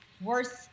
worse